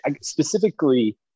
specifically